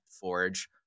forge